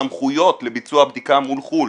הסמכויות לביצוע הבדיקה מול חו"ל,